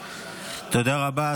תודה רבה.